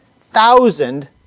thousand